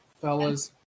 fellas